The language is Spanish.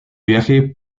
viaje